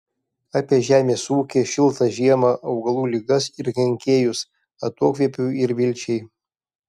apie žemės ūkį šiltą žiemą augalų ligas ir kenkėjus atokvėpiui ir vilčiai